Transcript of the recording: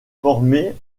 formé